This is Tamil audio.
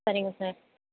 சரிங்க சார்